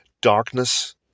Darkness